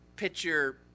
picture